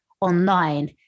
online